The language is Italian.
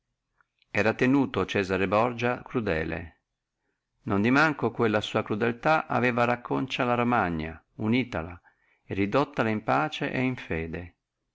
era tenuto cesare borgia crudele non di manco quella sua crudeltà aveva racconcia la romagna unitola ridottola in pace et in fede